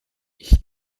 ich